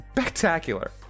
spectacular